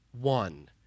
one